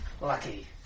Lucky